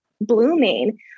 blooming